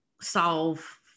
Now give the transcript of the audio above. solve